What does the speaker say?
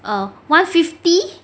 err one fifty